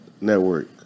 Network